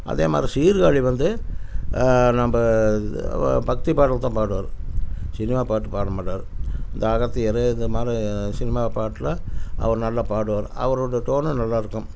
அதே மாதிரி சீர்காழி வந்து நம்ம பக்தி பாடல் மட்டும் தான் பாடுவார் சினிமா பாட்டு பாடமாட்டார் இந்த அகத்தியர் இந்த மாதிரி சினிமா பாட்டெல்லாம் அவர் நல்லா பாடுவார் அவரோடய டோனு நல்லா இருக்கும்